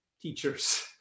Teachers